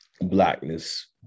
Blackness